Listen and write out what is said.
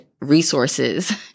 resources